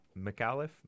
McAuliffe